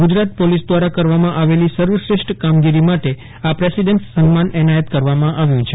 Gujarat police દ્વારા કરવામાં આવેલી સર્વશ્રેષ્ઠ કામગીરી માટે આ પ્રેસિડેન્સ સમ્માન એનાયત કરવામાં આવ્યું છે